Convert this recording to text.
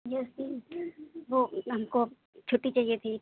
جی اصل وہ اُن کو چُھٹی چاہیے تھی